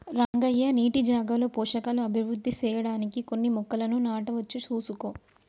రంగయ్య నీటి జాగాలో పోషకాలు అభివృద్ధి సెయ్యడానికి కొన్ని మొక్కలను నాటవచ్చు సూసుకో